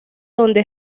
donde